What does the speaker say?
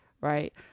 right